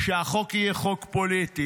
הוא שהחוק יהיה חוק פוליטי,